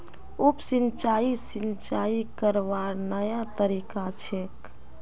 उप सिंचाई, सिंचाई करवार नया तरीका छेक